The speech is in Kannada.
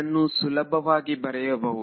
ಇದನ್ನು ಸುಲಭವಾಗಿ ಬರೆಯಬಹುದು